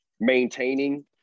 maintaining